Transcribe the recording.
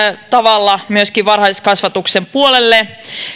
tavalla myöskin varhaiskasvatuksen puolelle